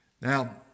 Now